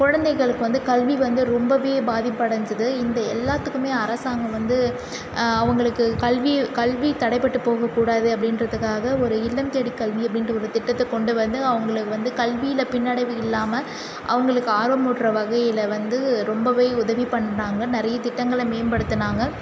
குழந்தைகளுக்கு வந்து கல்வி வந்து ரொம்பவே பாதிப்படைஞ்சிது இந்த எல்லாத்துக்குமே அரசாங்கம் வந்து அவங்களுக்கு கல்வி கல்வி தடைப்பட்டு போகக்கூடாது அப்படின்றத்துக்காக ஒரு இல்லம் தேடிக் கல்வி அப்படின்ட்டு ஒரு திட்டத்தை கொண்டு வந்து அவங்களுக்கு வந்து கல்வியில பின்னடைவு இல்லாமல் அவங்களுக்கு ஆர்வமூட்டுற வகையில் வந்து ரொம்பவே உதவிப் பண்ணாங்க நிறைய திட்டங்களை மேம்படுத்துனாங்க